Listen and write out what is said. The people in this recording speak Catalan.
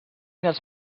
dels